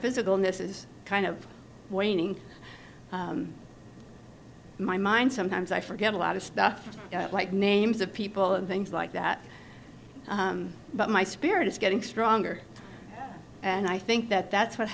physical in this is kind of waning my mind sometimes i forget a lot of stuff like names of people and things like that but my spirit is getting stronger and i think that that's what